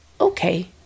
okay